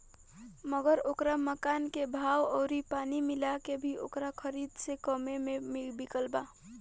मगर ओकरा मकान के भाव अउरी पानी मिला के भी ओकरा खरीद से कम्मे मे बिकल बा